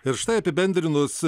ir štai apibendrinus